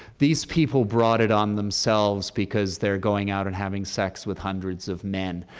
these people brought it on themselves because they're going out and having sex with hundreds of men.